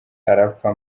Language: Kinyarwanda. arapfa